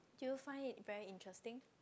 do you find it very interesting